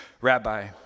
Rabbi